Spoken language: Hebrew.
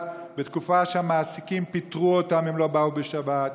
בתקופה שבה המעסיקים פיטרו אותם אם לא באו בשבת.